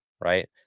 right